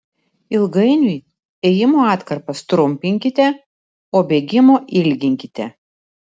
ilgainiui ėjimo atkarpas trumpinkite o bėgimo ilginkite